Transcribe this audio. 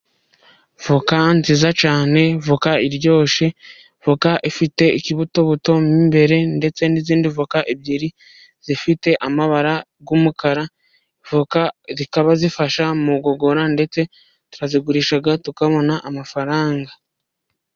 Voka nziza cyane voka iryoshe, voka ifite ikibuto buto imbere ndetse n'izindivoka ebyiri, zifite amabara y'umukara, zikaba zifasha mugogora ndetse turazigurisha tukabona amafaranga.